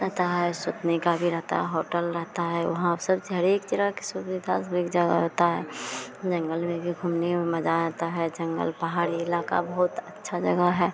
रहता है सोने का भी रहता है होटल रहता है वहाँ पर सब चीज़ हर एक तरह की सुविधा सब एक जगह होती है जंगल में भी घूमने में मज़ा आता है जंगल पहाड़ी इलाका बहुत अच्छी जगह है